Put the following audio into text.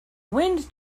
wind